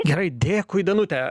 gerai dėkui danute